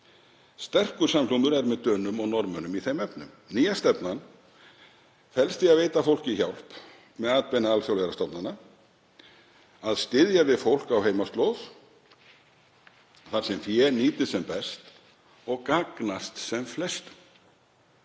Sterkur samhljómur er með Dönum og Norðmönnum í þeim efnum. Nýja stefnan felst í að veita fólki hjálp með atbeina alþjóðlegra stofnana, að styðja við fólk á heimaslóð þar sem fé nýtist sem best og gagnast sem flestum